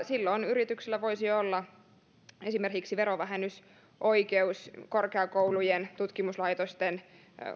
silloin yrityksillä voisi olla esimerkiksi verovähennysoikeus korkeakoulujen tutkimuslaitosten